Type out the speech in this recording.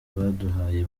baduhaye